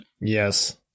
Yes